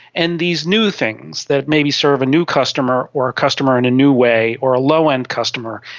and these new things that maybe serve a new customer or a customer in a new way or a low-end customer,